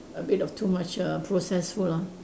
a bit of too much uh processed food ah